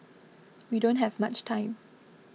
we don't have much time